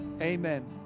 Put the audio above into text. Amen